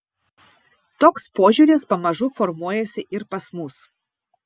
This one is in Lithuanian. toks požiūris pamažu formuojasi ir pas mus